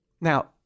Now